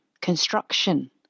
construction